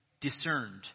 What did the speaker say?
discerned